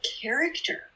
character